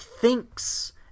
thinks